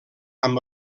amb